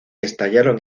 estallaron